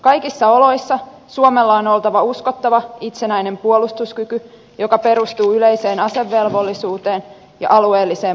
kaikissa oloissa suomella on oltava uskottava itsenäinen puolustuskyky joka perustuu yleiseen asevelvollisuuteen ja alueelliseen puolustukseen